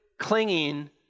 clinging